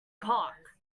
cock